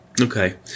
Okay